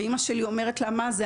ואימא שלי אומרת לה: מה זה?